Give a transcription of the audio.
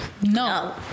No